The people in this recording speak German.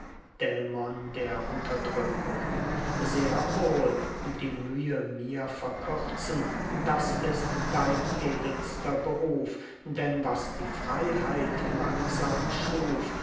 dämon der unterdrückung sehr wohl die mühe mir verkürzen das ist dein edelster beruf denn was die freiheit langsam schuf